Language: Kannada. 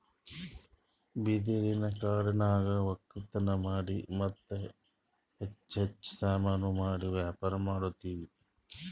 ಬಿದಿರಿನ್ ಕಾಡನ್ಯಾಗ್ ವಕ್ಕಲತನ್ ಮಾಡಿ ಮತ್ತ್ ಕಚ್ಚಾ ಸಾಮಾನು ಮಾಡಿ ವ್ಯಾಪಾರ್ ಮಾಡ್ತೀವಿ